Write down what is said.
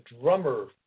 drummer